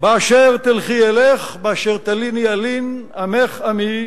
באשר תלכי אלך ובאשר תליני אלין, עמך עמי,